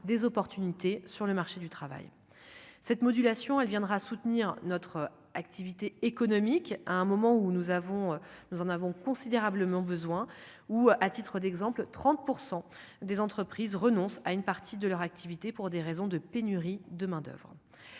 des opportunités sur le marché du travail cette modulation, elle viendra soutenir notre activité économique à un moment où nous avons, nous en avons considérablement besoin ou à titre d'exemple, 30 pour 100 des entreprises renoncent à une partie de leur activité, pour des raisons de pénurie de main-d'oeuvre,